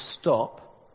stop